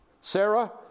Sarah